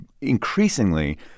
increasingly